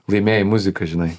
laimėjai muziką žinai